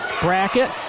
Bracket